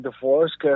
divorce